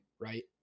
right